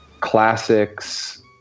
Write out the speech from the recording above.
classics